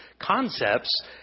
concepts